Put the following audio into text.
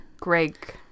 Greg